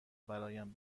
برایم